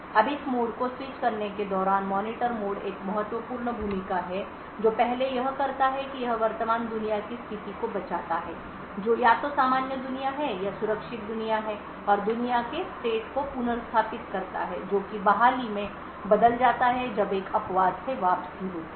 अब इस मोड को स्विच करने के दौरान मॉनिटर मोड एक महत्वपूर्ण भूमिका है जो पहले यह करता है कि यह वर्तमान दुनिया की स्थिति को बचाता है जो या तो सामान्य दुनिया है या सुरक्षित दुनिया है और दुनिया के state को पुनर्स्थापित करता है जो कि बहाली में बदल जाता है जब एक अपवाद से वापसी होती है